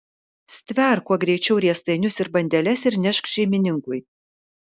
stverk kuo greičiau riestainius ir bandeles ir nešk šeimininkui